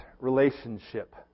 relationship